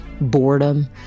boredom